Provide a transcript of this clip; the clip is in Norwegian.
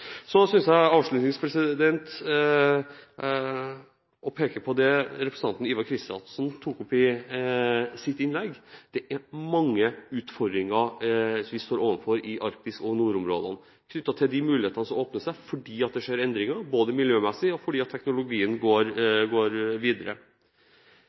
Jeg vil avslutningsvis peke på det representanten Ivar Kristiansen tok opp i sitt innlegg, at vi står overfor mange utfordringer i Arktis og nordområdene knyttet til de mulighetene som åpner seg fordi det skjer miljømessige endringer, og fordi teknologien går videre. Da spiller parlamentarikerne en rolle, og jeg mener at